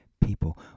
people